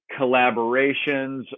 collaborations